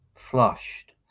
flushed